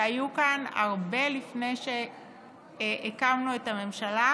שהיו כאן הרבה לפני שהקמנו את הממשלה,